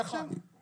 נכון.